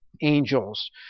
angels